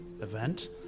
event